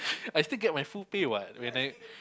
I still get my full pay what when I